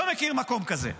לא מכיר מקום כזה.